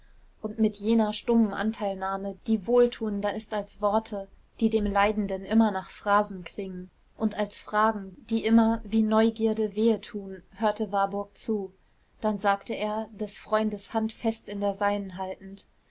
und mit jener stummen anteilnahme die wohltuender ist als worte die dem leidenden immer nach phrasen klingen und als fragen die immer wie neugierde wehe tun hörte warburg zu dann sagte er des freundes hand fest in der seinen haltend